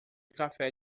café